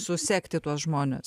susekti tuos žmones